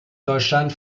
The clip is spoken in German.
deutschland